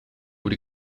moet